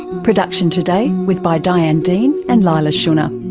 production today was by diane dean and leila shunnar.